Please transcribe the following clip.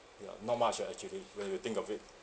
ya not much ah actually when you think of it